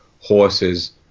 horses